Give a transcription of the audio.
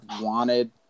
wanted